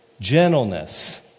Gentleness